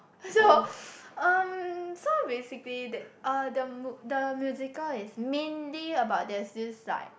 so um so basically that uh the mo~ the musical is mainly about there's this like